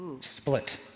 split